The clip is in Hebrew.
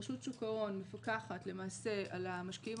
רשות שוק ההון מפקחת למעשה על המשקיעים